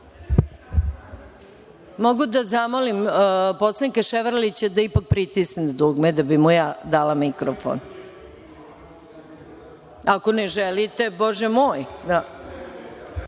da zamolim poslanika Ševarlića da pritisne dugme da bih mu ja dala mikrofon. Ako ne želite, bože moj.